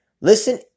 Listen